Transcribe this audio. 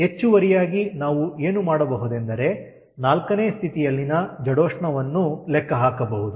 ಹೆಚ್ಚುವರಿಯಾಗಿ ನಾವು ಏನು ಮಾಡಬಹುದೆಂದರೆ 4ನೇ ಸ್ಥಿತಿಯಲ್ಲಿನ ಜಡೋಷ್ಣವನ್ನೂ ಲೆಕ್ಕ ಹಾಕಬಹುದು